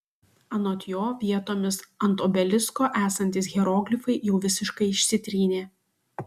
anot jo vietomis ant obelisko esantys hieroglifai jau visiškai išsitrynė